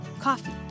Coffee